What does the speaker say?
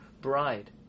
bride